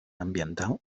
ambiental